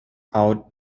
out